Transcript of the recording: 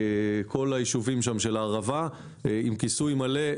כל היישובים של הערבה עם כיסוי מלא,